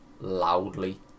Loudly